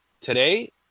today